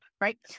right